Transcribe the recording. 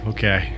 Okay